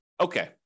okay